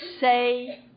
say